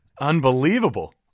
unbelievable